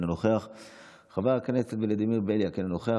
אינו נוכח,